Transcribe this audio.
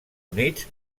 units